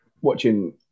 watching